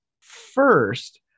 First